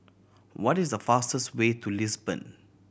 what is the fastest way to Lisbon